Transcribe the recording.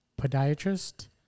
podiatrist